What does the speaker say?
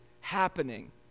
happening